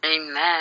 Amen